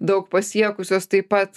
daug pasiekusios taip pat